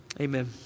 Amen